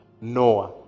Noah